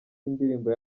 indirimbo